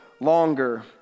longer